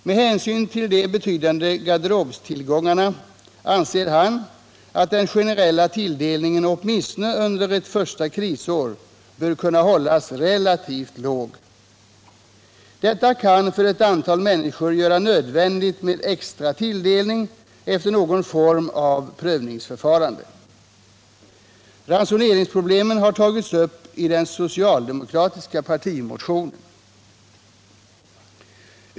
Med hänsyn till de betydande garderobstillgångarna anser han att den generella tilldelningen, åtminstone under ett första krisår, bör kunna hållas relativt låg. Detta kan för ett antal människor göra det nödvändigt med extra tilldelning efter någon form av prövningsförfarande. Ransoneringsproblemen har tagits upp i den socialdemokratiska partimotionen.